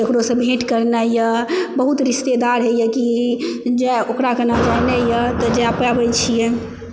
केकरोसँ भेट करनाइ यऽ बहुत रिस्तेदार होइया की जाय ओकराके ऽ एने जेनाय तऽ जए पाबै छियै